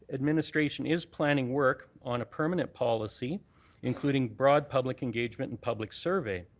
administration is planning work on a permanent policy including broad public engagement and public survey.